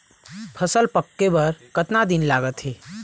फसल पक्के बर कतना दिन लागत हे?